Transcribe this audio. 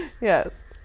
Yes